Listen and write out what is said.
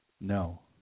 No